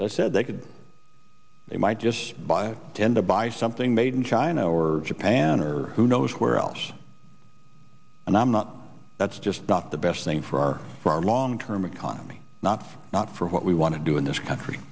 those said they could they might just buy i tend to buy something made in china or japan or who knows where else and i'm not that's just not the best thing for our for our long term economy not not for what we want to do in this country